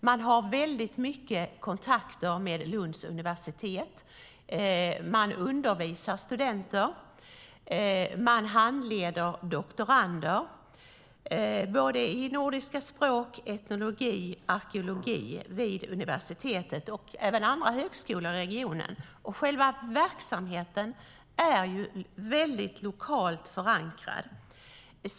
De har mycket kontakter med Lunds universitet, de undervisar studenter och de handleder doktorander både i nordiska språk, etnologi och arkeologi vid universitetet och andra högskolor i regionen. Själva verksamheten är väldigt lokalt förankrad.